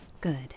good